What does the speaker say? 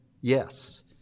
Yes